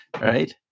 right